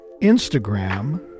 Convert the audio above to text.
Instagram